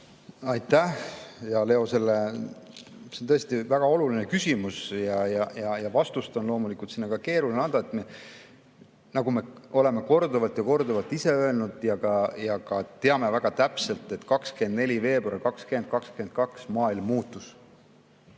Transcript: Aitäh, hea Leo! See on tõesti väga oluline küsimus ja vastust on loomulikult keeruline anda. Nii nagu me oleme korduvalt ja korduvalt öelnud ja ka teame väga täpselt, 24. veebruaril 2022 maailm muutus.